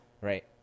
right